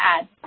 add